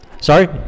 Sorry